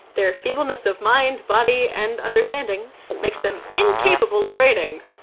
their feebleness of mind, body and understanding makes them incapable of reigning.